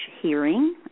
hearing